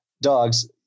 dogs